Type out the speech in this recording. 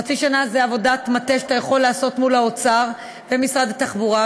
חצי שנה זה עבודת מטה שאתה יכול לעשות מול האוצר ומשרד התחבורה,